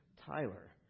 Tyler